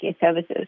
services